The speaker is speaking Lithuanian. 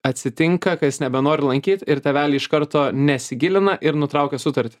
atsitinka kad jis nebenori lankyt ir tėveliai iš karto nesigilina ir nutraukia sutartį